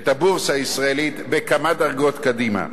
את הבורסה הישראלית בכמה דרגות קדימה.